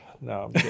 no